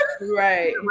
right